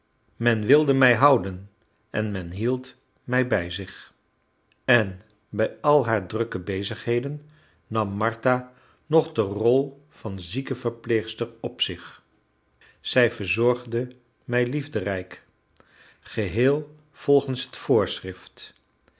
men wilde mij houden en men hield mij bij zich en bij al haar drukke bezigheden nam martha nog de rol van ziekenverpleegster op zich zij verzorgde mij liefderijk geheel volgens het voorschrift